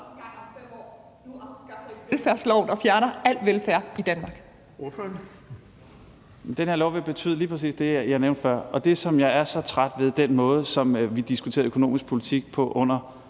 Den her lov vil betyde lige præcis det, jeg nævnte før. Det, som jeg var så træt af ved den måde, vi diskuterede økonomisk politik på under